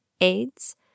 aids